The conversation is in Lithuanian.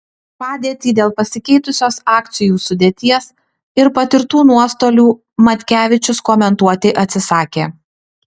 padėtį dėl pasikeitusios akcijų sudėties ir patirtų nuostolių matkevičius komentuoti atsisakė